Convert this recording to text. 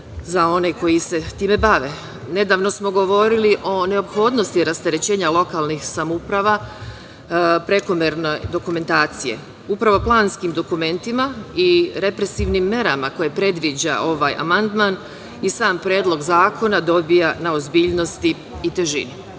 za one koji se time bave. Nedavno smo govorili o neophodnosti rasterećenja lokalnih samouprava prekomerne dokumentacije. Upravo, planskim dokumentima i represivnim merama koje predviđa ovaj amandman i sam Predlog zakona dobija na ozbiljnosti i težini.